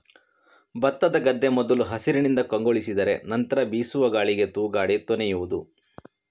ಭತ್ತದ ಗದ್ದೆ ಮೊದಲು ಹಸಿರಿನಿಂದ ಕಂಗೊಳಿಸಿದರೆ ನಂತ್ರ ಬೀಸುವ ಗಾಳಿಗೆ ತೂಗಾಡಿ ತೊನೆಯುವುದು